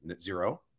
zero